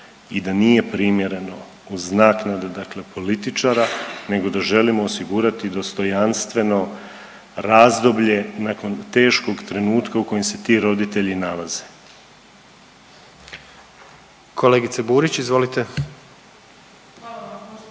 i da nije primjerno uz naknadu dakle političara nego da želimo osigurati dostojanstveno razdoblje nakon teškog trenutka u kojem se ti roditelji nalaze. **Jandroković, Gordan